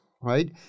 right